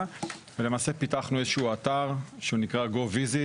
ולמעשה פיתחנו איזשהו אתר שהוא נקרא GoVisit,